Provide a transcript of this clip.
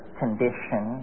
condition